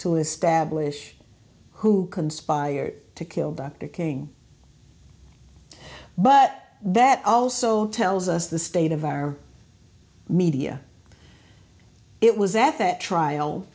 to establish who conspired to kill dr king but that also tells us the state of our media it was at that trial